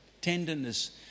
tenderness